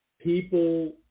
People